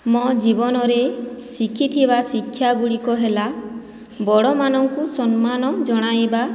ମୋ' ଜୀବନରେ ଶିଖିଥିବା ଶିକ୍ଷାଗୁଡ଼ିକ ହେଲା ବଡ଼ମାନଙ୍କୁ ସମ୍ମାନ ଜଣାଇବା